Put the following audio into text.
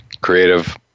creative